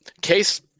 Case